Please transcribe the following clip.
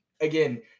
again